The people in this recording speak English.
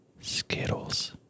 skittles